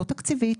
לא תקציבית,